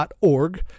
org